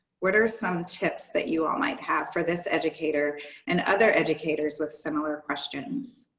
what are some tips that you all might have for this educator and other educators with similar questions?